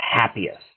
happiest